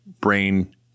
brain